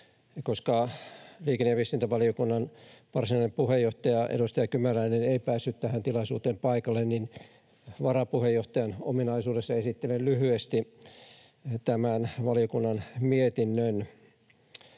Koska liikenne‑ ja viestintävaliokunnan varsinainen puheenjohtaja, edustaja Kymäläinen ei päässyt tähän tilaisuuteen paikalle, niin varapuheenjohtajan ominaisuudessa esittelen lyhyesti tämän valiokunnan mietinnön.